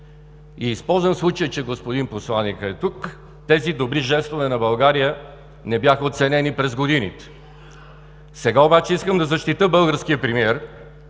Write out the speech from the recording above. Използвам случая, че господин посланикът е тук, тези добри жестове на България не бяха оценени през годините. Сега обаче искам да защитя българския премиер,